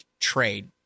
trade